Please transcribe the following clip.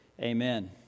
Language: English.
Amen